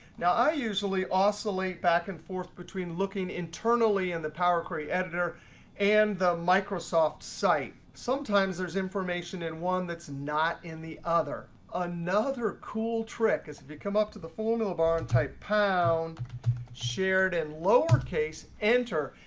now i usually oscillate back and forth between looking internally and the power query editor and the microsoft site. sometimes there's information in one that's not in the other. another ah cool trick is if you come up to the formula bar and type pound shared and lowercase enter,